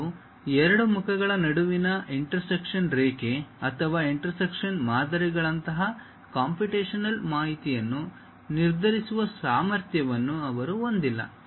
ಮತ್ತು ಎರಡು ಮುಖಗಳ ನಡುವಿನ ಇಂಟರ್ಸೆಕ್ಷನ್ ರೇಖೆ ಅಥವಾ ಇಂಟರ್ಸೆಕ್ಷನ್ ಮಾದರಿಗಳಂತಹ ಕಂಪ್ಯೂಟೇಶನಲ್ ಮಾಹಿತಿಯನ್ನು ನಿರ್ಧರಿಸುವ ಸಾಮರ್ಥ್ಯವನ್ನು ಅವರು ಹೊಂದಿಲ್ಲ